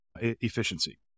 efficiency